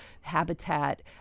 habitat